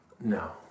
No